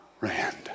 rand